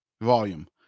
volume